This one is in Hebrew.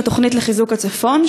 לתוכנית לחיזוק הצפון,